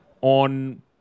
on